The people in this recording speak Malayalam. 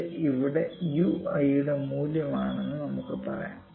ഇത് ഇവിടെ Ui യുടെ മൂല്യമാണെന്ന് നമുക്ക് പറയാം